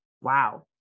Wow